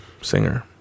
singer